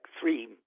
three